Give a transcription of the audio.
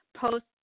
post